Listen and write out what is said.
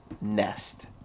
nest